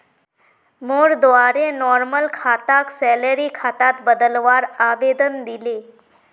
मोर द्वारे नॉर्मल खाताक सैलरी खातात बदलवार आवेदन दिले